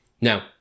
Now